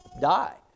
die